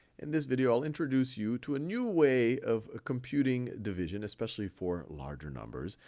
in this video, i'll introduce you to a new way of computing division, especially for larger numbers.